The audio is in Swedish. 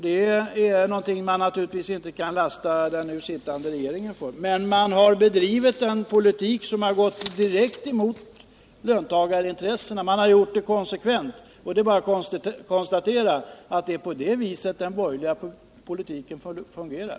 Det är någonting som man naturligtvis inte kan lasta den nu sittande regeringen för, men regeringen har bedrivit en politik som har gått direkt emot löntagarintressena. Detta har den gjort konsekvent, och det är bara att konstatera att det är på det viset den borgerliga politiken fungerar.